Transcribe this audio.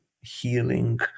healing